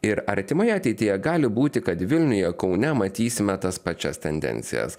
ir artimoje ateityje gali būti kad vilniuje kaune matysime tas pačias tendencijas